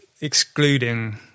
excluding